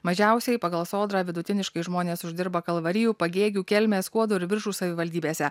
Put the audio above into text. mažiausiai pagal sodrą vidutiniškai žmonės uždirba kalvarijų pagėgių kelmės skuodo ir biržų savivaldybėse